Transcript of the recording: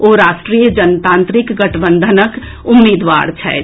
ओ राष्ट्रीय जनतांत्रिक गठबंधनक उम्मीदवार छथि